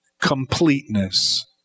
completeness